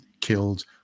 Killed